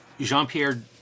jean-pierre